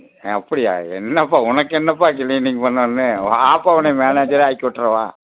அப்படியா என்னப்பா உனக்கு என்னப்பா க்ளீனிங் பண்ணணும் வாப்பா உன்னை மேனேஜராக ஆக்கி விட்டுறேன் வா